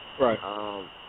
Right